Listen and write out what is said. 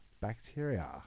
bacteria